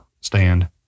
stand